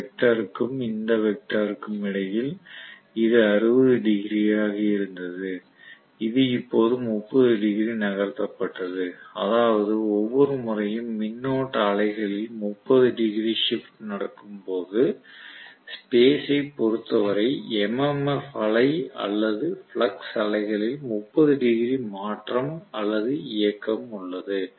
இந்த வெக்டர் க்கும் இந்த வெக்டர் க்கும் இடையில் இது 60 டிகிரியாக இருந்தது இது இப்போது 30 டிகிரி நகர்த்தப்பட்டது அதாவது ஒவ்வொரு முறையும் மின்னோட்ட அலைகளில் 30 டிகிரி ஷிப்ட் நடக்கும் போது ஸ்பேஸ் ஐ பொறுத்தவரை எம்எம்எஃப் அலை அல்லது ஃப்ளக்ஸ் அலைகளில் 30 டிகிரி மாற்றம் அல்லது இயக்கம் உள்ளது